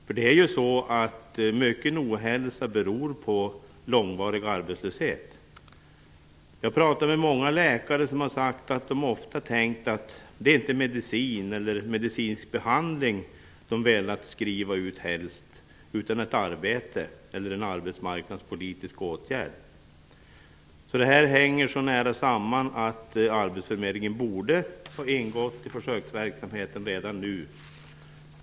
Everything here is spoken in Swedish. För mycken ohälsa beror ju på långvarig arbetslöshet. Jag har pratat med många läkare som har sagt att de ofta tänkt att det inte är medicin eller medicinsk behandling de helst velat skriva ut, utan ett arbete eller en arbetsmarknadspolitisk åtgärd. Det här hänger så nära samman att arbetsförmedlingen borde ha ingått i försöksverksamheten redan nu.